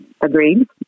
agreed